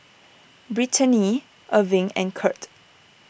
Brittaney Irving and Curt